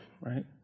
right